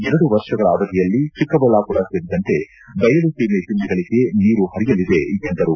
ಎರಡು ವರ್ಷಗಳ ಅವಧಿಯಲ್ಲಿ ಚಿಕ್ಕಬಳ್ಳಾಪುರ ಸೇರಿದಂತೆ ಬಯಲು ಸೀಮೆ ಜಿಲ್ಲೆಗಳಿಗೆ ನೀರು ಹರಿಯಲಿದೆ ಎಂದರು